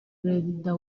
perezida